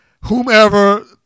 whomever